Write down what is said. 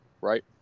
right